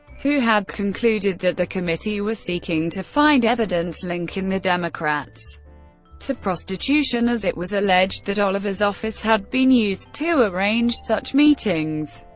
who had concluded that the committee was seeking to find evidence linking the democrats to prostitution, as it was alleged that oliver's office had been used to arrange such meetings.